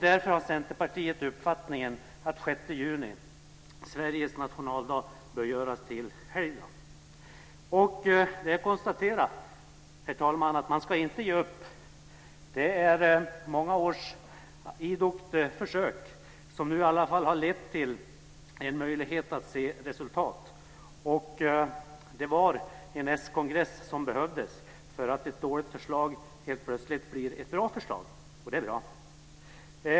Därför har Centerpartiet uppfattningen att den 6 juni, Sveriges nationaldag, bör göras till helgdag. Det är konstaterat, herr talman, att man inte ska ge upp. Det är många års idogt försök som nu i alla fall har lett till en möjlighet att se resultat. Det var en skongress som behövdes för att ett dåligt förslag helt plötsligt skulle bli ett bra förslag. Det är bra.